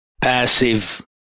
passive